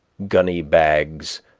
gunny bags,